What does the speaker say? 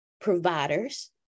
providers